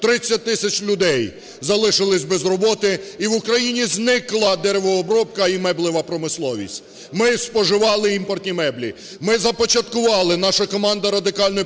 30 тисяч людей залишились без роботи, і в Україні зникла деревообробка і меблева промисловість. Ми споживали імпортні меблі. Ми започаткували, наша команда Радикальної